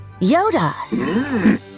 Yoda